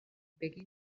begi